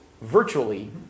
virtually